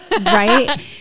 Right